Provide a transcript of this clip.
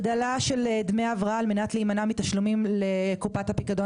הגדלה של דמי הבראה על מנת להימנע מתשלומים לקופת הפיקדון